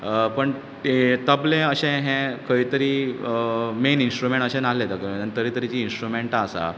पूण तें तबलें अशे हें खंय तरी मेन इन्स्ट्रुमॅण्ट अशें नासलें तरेतरेचीं इन्स्ट्रुमॅण्टां आसा